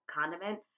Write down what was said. condiment